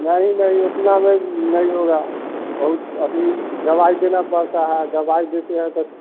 नहीं नहीं उतना में नहीं होगा बहुत अभी दवाई देना पड़ता है दवाई देते हैं तब